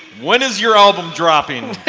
when is your album dropping?